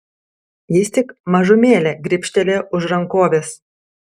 jis tik mažumėlę gribštelėjo už rankovės